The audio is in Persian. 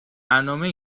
برنامه